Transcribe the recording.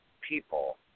people